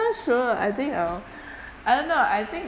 sure I think uh I don't know I think